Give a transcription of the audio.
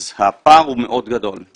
אז הפער הוא מאוד גדול,